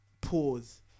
pause